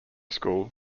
school